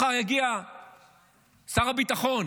מחר יגיע שר הביטחון